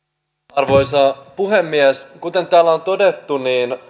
arvoisa puhemies kuten täällä on todettu